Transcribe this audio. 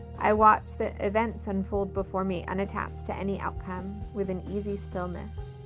i watched the events unfold before me, unattached to any outcome, with an easy stillness.